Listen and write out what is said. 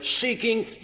seeking